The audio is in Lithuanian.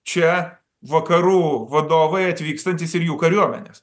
čia vakarų vadovai atvykstantys ir jų kariuomenės